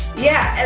yeah,